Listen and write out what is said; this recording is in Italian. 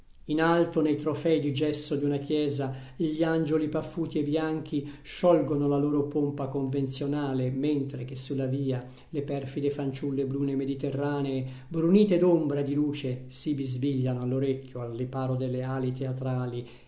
in alto nei trofei di gesso di una chiesa gli angioli paffuti e bianchi sciolgono la loro pompa convenzionale mentre che sulla via le perfide fanciulle brune mediterranee brunite d'ombra e di luce si bisbigliano all'orecchio al riparo delle ali teatrali